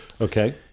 Okay